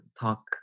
talk